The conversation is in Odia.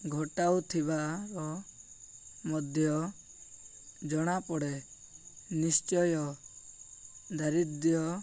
ଘଟାଉଥିବାର ମଧ୍ୟ ଜଣାପଡ଼େ ନିଶ୍ଚୟ ଦାରିଦ୍ର୍ୟ